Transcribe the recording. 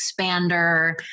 expander